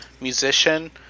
musician